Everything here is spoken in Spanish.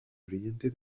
brillante